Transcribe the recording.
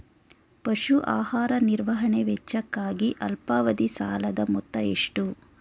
ಪಶು ಆಹಾರ ನಿರ್ವಹಣೆ ವೆಚ್ಚಕ್ಕಾಗಿ ಅಲ್ಪಾವಧಿ ಸಾಲದ ಮೊತ್ತ ಎಷ್ಟು?